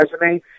resume